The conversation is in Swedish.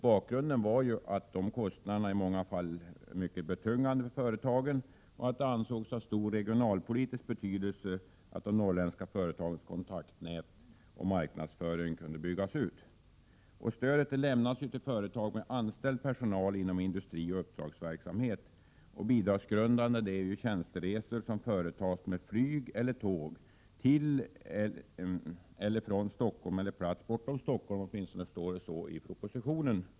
Bakgrunden var att dessa kostnader i många fall är mycket betungande för företagen och att det ansågs ha stor regionalpolitisk betydelse att de norrländska företagens kontaktnät och marknadsföring kunde byggas ut. Stödet lämnas till företag med anställd personal inom industrioch uppdragsverksamhet. Bidragsgrundande är tjänsteresor som företas med flyg eller tåg, till eller från Stockholm eller plats bortom Stockholm — åtminstone står det så i propositionen.